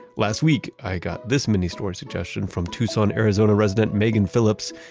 last week i got this mini storage suggestion from tucson, arizona, resident megan phillips.